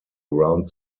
around